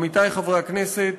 עמיתי חברי הכנסת,